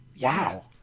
wow